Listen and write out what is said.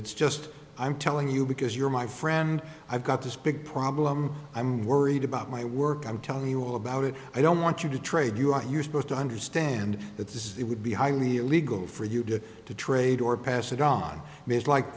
it's just i'm telling you because you're my friend i've got this big problem i'm worried about my work i'm telling you all about it i don't want you to trade you out you're supposed to understand that this is it would be highly illegal for you to trade or pass it on me is like